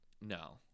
No